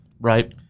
Right